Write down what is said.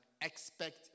expect